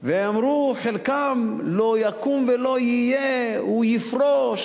והם אמרו חלקם: לא יקום ולא יהיה, הוא יפרוש.